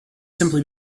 simply